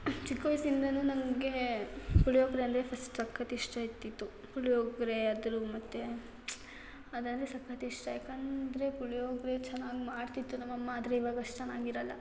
ಚಿಕ್ಕ ವಯ್ಸಿಂದಲೂ ನನಗೆ ಪುಳಿಯೋಗರೆ ಅದು ಫಸ್ಟ್ ಸಖತ್ತು ಇಷ್ಟ ಇದ್ದಿತ್ತು ಪುಳಿಯೋಗರೆ ಅದಲು ಮತ್ತು ಅದಂದರೆ ಸಖತ್ತು ಇಷ್ಟ ಯಾಕಂದರೆ ಪುಳಿಯೋಗರೆ ಚೆನ್ನಾಗಿ ಮಾಡ್ತಿತ್ತು ನಮ್ಮ ಅಮ್ಮ ಆದರೆ ಇವಾಗ ಅಷ್ಟು ಚೆನ್ನಾಗಿರಲ್ಲ